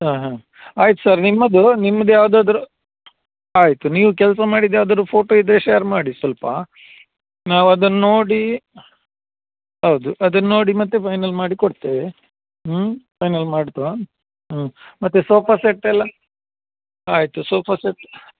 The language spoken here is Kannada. ಹಾಂ ಹಾಂ ಆಯ್ತು ಸರ್ ನಿಮ್ಮದೂ ನಿಮ್ದು ಯಾವುದಾದ್ರು ಆಯಿತು ನೀವು ಕೆಲಸ ಮಾಡಿದ್ದು ಯಾವುದಾದ್ರು ಫೋಟೋ ಇದ್ದರೆ ಶೇರ್ ಮಾಡಿ ಸ್ವಲ್ಪ ನಾವು ಅದನ್ನ ನೋಡಿ ಹೌದು ಅದನ್ನ ನೋಡಿ ಮತ್ತೆ ಫೈನಲ್ ಮಾಡಿ ಕೊಡ್ತೇವೆ ಹ್ಞೂ ಫೈನಲ್ ಮಾಡ್ತಾ ಹ್ಞೂ ಮತ್ತು ಸೋಫಾ ಸೆಟ್ ಎಲ್ಲ ಆಯಿತು ಸೋಫಾ ಸೆಟ್